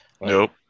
Nope